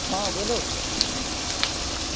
ہاں بولو